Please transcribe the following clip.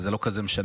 אבל זה לא כזה משנה.